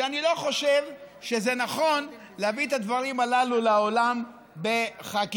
היא שאני לא חושב שזה נכון להביא את הדברים הללו לעולם בחקיקה.